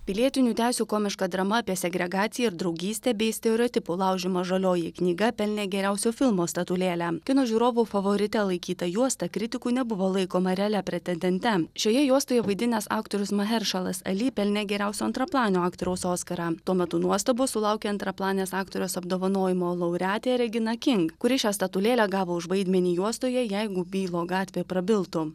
pilietinių teisių komiška drama apie segregaciją ir draugystę bei stereotipų laužymą žalioji knyga pelnė geriausio filmo statulėlę kino žiūrovų favorite laikyta juosta kritikų nebuvo laikoma realia pretendente šioje juostoje vaidinęs aktorius maheršalas ali pelnė geriausio antraplanio aktoriaus oskarą tuo metu nuostabos sulaukė antraplanės aktorės apdovanojimo laureatė regina king kuri šią statulėlę gavo už vaidmenį juostoje jeigu bylo gatvė prabiltų